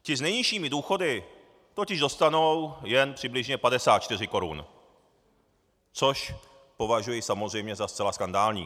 Ti s nejnižšími důchody totiž dostanou jen přibližně 54 korun, což považuji samozřejmě za zcela skandální.